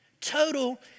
Total